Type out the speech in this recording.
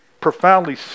profoundly